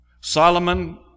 Solomon